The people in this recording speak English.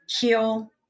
Heal